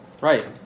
Right